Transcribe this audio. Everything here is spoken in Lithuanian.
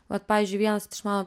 vat pavyzdžiui vienas iš mano